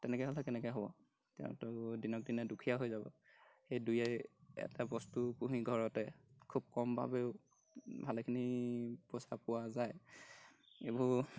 তেনেকৈ হ'লে কেনেকৈ হ'ব তেওঁতো দিনক দিনে দুখীয়া হৈ যাব সেই দুই এটা বস্তু পুহি ঘৰতে খুব কমভাৱেও ভালেখিনি পইচা পোৱা যায় এইবোৰ